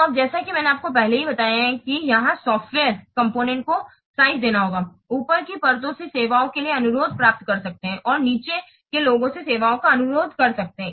तो अब जैसा कि मैंने आपको पहले ही बताया है कि यहां सॉफ्टवेयर कॉम्पोनेन्ट को साइज देना होगा ऊपर की परतों से सेवाओं के लिए अनुरोध प्राप्त कर सकते हैं और यह नीचे के लोगों से सेवाओं का अनुरोध कर सकता है